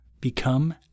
become